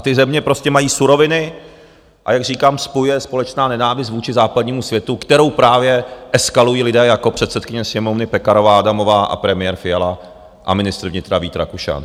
Ty země mají suroviny, a jak říkám, spojuje je společná nenávist vůči západnímu světu, kterou právě eskalují lidé jako předsedkyně Sněmovny Pekarová Adamová, premiér Fiala a ministr vnitra Vít Rakušan.